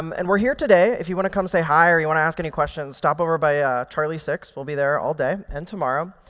um and we're here today. if you want to come say hi or you want to ask any questions, stop over by charlie six. we'll be there all day and tomorrow.